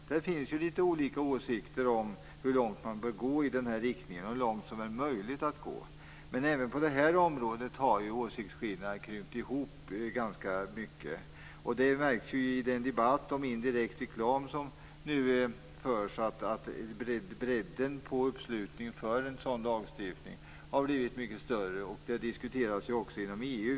Det finns ju litet olika åsikter om hur långt man bör gå och hur långt som det är möjligt att gå. Men även på det här området har åsiktsskillnaderna krympt ihop. Det märks i den debatt om indirekt reklam som nu förs. Bredden på uppslutningen för en sådan lagstiftning har blivit mycket större. Detta diskuteras även inom EU.